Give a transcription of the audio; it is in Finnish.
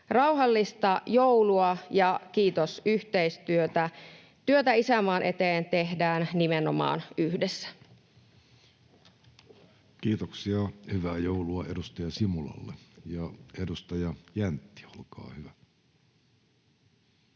Rauhallista joulua ja kiitos yhteistyöstä. Työtä isänmaan eteen tehdään nimenomaan yhdessä. Kiitoksia, hyvää joulua edustaja Simulalle. — Ja edustaja Jäntti, olkaa hyvä.